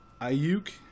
Ayuk